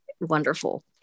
wonderful